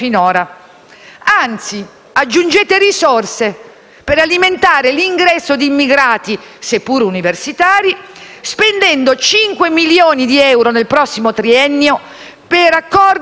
per alimentare l'ingresso di immigrati, seppur universitari, spendendo cinque milioni di euro nel prossimo triennio per accordi con i Paesi dell'Organizzazione di cooperazione islamica.